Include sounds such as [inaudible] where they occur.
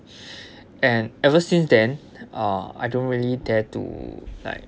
[breath] and ever since then uh I don't really dare to like